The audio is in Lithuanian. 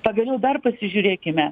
pagaliau dar pasižiūrėkime